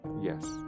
Yes